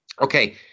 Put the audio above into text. Okay